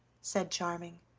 said charming,